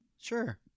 Sure